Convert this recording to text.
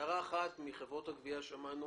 הערה אחת מחברות הגבייה, שמענו